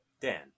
dan